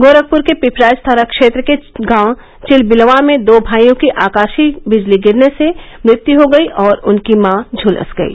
गोरखपुर के पिपराइच थाना क्षेत्र के गांव चिलबिलवां में दो भाइयों की आकाशीय गिरने से मृत्यु हो गयी और उनकी मां झुलस गयी